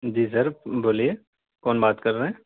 جی sir بولیے کون بات کر رہے ہیں